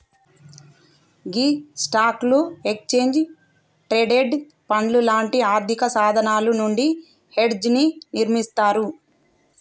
గీ స్టాక్లు, exchange traded పండ్లు లాంటి ఆర్థిక సాధనాలు నుండి హెడ్జ్ ని నిర్మిస్తారు